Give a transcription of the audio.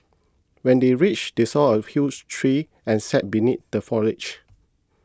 when they reached they saw a huge tree and sat beneath the foliage